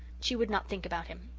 she would not think about him.